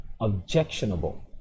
objectionable